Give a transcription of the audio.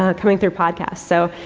ah coming through podcasts. so,